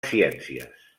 ciències